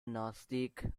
نزدیک